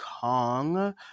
kong